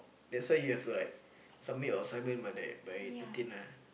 that's why you have to like submit your assignment by that by thirteen lah